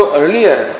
earlier